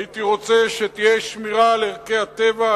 הייתי רוצה שתהיה שמירה על ערכי הטבע,